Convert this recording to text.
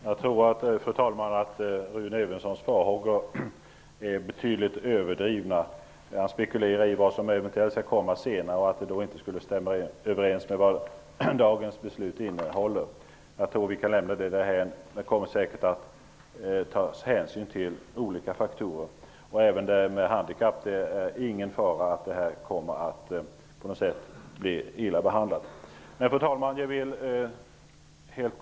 Fru talman! Jag tror att Rune Evenssons farhågor är betydligt överdrivna. Han spekulerar i vad som eventuellt skall komma senare och att det då inte skulle stämma överens med dagens beslut. Jag tror att vi kan lämna den frågan därhän. Man kommer säkert att ta hänsyn till olika faktorer. Det är ingen fara för att frågan kommer att bli illa behandlad när det gäller de handikappade.